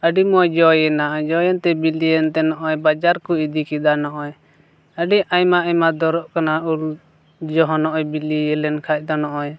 ᱟᱹᱰᱤ ᱢᱚᱡᱽ ᱡᱚᱭᱮᱢᱱᱟ ᱡᱚᱭᱮᱱᱛᱮ ᱵᱤᱞᱤᱭᱮᱱᱛᱮ ᱱᱚᱜᱼᱚᱸᱭ ᱵᱟᱡᱟᱨ ᱠᱚ ᱤᱫᱤ ᱠᱮᱫᱟ ᱱᱚᱜᱼᱚᱸᱭ ᱟᱹᱰᱤ ᱟᱭᱢᱟ ᱟᱭᱢᱟ ᱫᱚᱨᱚᱜ ᱠᱟᱱᱟ ᱩᱞ ᱡᱚ ᱦᱚᱸ ᱱᱚᱜᱼᱚᱸᱭ ᱵᱤᱞᱤ ᱞᱮᱱᱠᱷᱟᱡ ᱫᱚ ᱱᱚᱜᱼᱚᱸᱭ